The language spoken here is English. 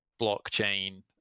blockchain